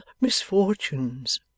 misfortunes